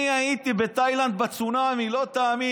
אני הייתי בתאילנד בצונאמי, לא תאמין.